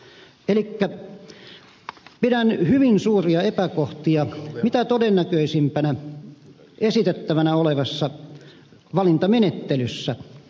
elikkä pidän hyvin suuria epäkohtia mitä todennäköisimpänä esitettävänä olevassa valintamenettelyssä